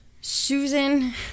Susan